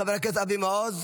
חבר הכנסת אבי מעוז,